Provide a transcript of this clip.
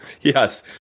Yes